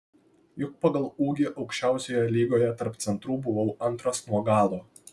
juk pagal ūgį aukščiausioje lygoje tarp centrų buvau antras nuo galo